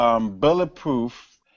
Bulletproof